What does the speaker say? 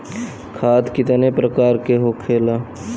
खाद कितने प्रकार के होखेला?